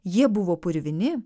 jie buvo purvini